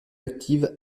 active